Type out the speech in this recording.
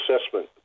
assessment